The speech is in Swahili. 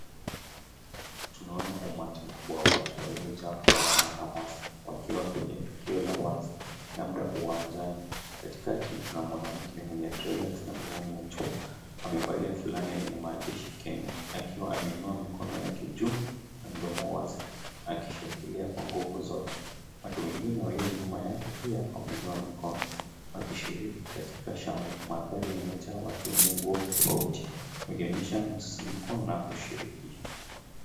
Tunaona umati mkubwa wa watu waliojaa furaha na hamosa, wakiwa kwenye tukio la wazi labda uwanjani. Katikati kuna mwanamke mwenye dreadloacks na miwani ya jua, amevalia fulana yenye maandishi Kenya, akiwa ameinua mkono yake juu na mdomo wazi, akishangilia kwa nguvu zote. Watu wengine walio nyuma yake pia wameinua mikono wakishiriki katika shangwe. Mandhari yamejaa watu wenye nguo tofauti wakionyesha msisimko na ushiriki.